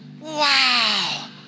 wow